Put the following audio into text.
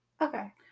Okay